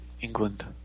England